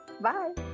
Bye